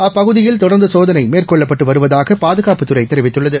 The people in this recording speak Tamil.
அப்பகுதியில் தொடர்ந்து சோதனை மேற்கொள்ளப்பட்டு வருவதாக பாதுகாப்புத்துறை கூறியுள்ளது